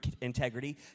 integrity